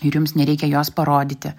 ir jums nereikia jos parodyti